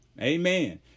Amen